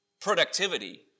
productivity